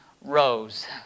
rose